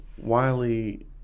Wiley